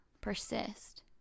persist